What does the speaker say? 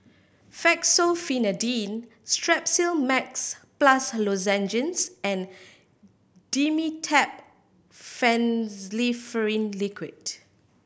Fexofenadine Strepsil Max Plus Lozenges and Dimetapp Phenylephrine Liquid